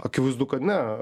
akivaizdu kad ne